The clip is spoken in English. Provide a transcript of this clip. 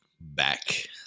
Back